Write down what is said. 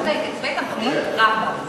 הערה צודקת, בית-החולים רמב"ם.